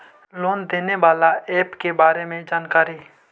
Loan देने बाला app के बारे मे जानकारी?